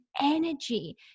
energy